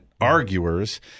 arguers